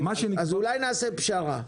אולי נעשה פשרה.